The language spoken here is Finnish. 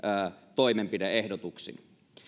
toimenpide ehdotuksin